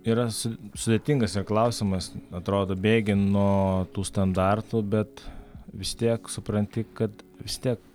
yra su sudėtingas yra klausimas atrodo bėgi nuo tų standartų bet vis tiek supranti kad vis tiek